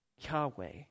Yahweh